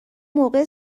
موقع